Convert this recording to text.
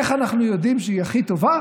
איך אנחנו יודעים שהיא הכי טובה?